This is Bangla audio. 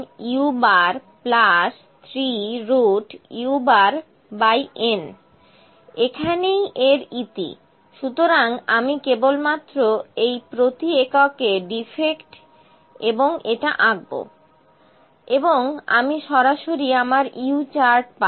UCL u3un এখানেই এর ইতি সুতরাং আমি কেবলমাত্র এই প্রতি এককে ডিফেক্ট এবং এটা আঁকবো এবং আমি সরাসরি আমার U চার্ট পাব